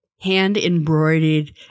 hand-embroidered